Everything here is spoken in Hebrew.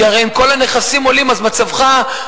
כי הרי אם כל הנכסים עולים אז מצבך היחסי,